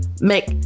Make